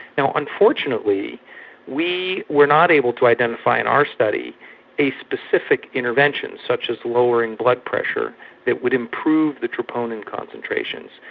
you know unfortunately we were not able to identify in our study a specific intervention such as lowering blood pressure that would improve the troponin concentrations.